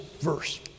verse